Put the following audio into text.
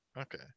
okay